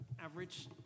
average